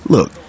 Look